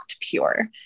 pure